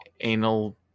anal